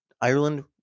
Ireland